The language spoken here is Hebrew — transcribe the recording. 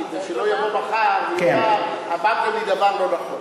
כדי שלא יבוא מחר ויאמר: אמרתם לי דבר לא נכון,